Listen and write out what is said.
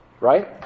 right